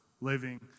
living